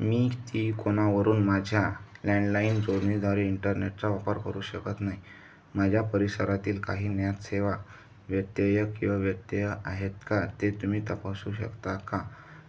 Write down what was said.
मी तीकोनावरून माझ्या लँडलाईन जोडणीद्वारे इंटरनेटचा वापर करू शकत नाही माझ्या परिसरातील काही ज्ञात सेवा व्यत्यय किंवा व्यतय आहेत का ते तुम्ही तपासू शकता का